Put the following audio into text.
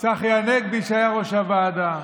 צחי הנגבי, שהיה ראש הוועדה,